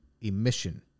emission